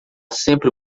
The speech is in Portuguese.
sempre